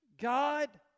God